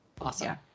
Awesome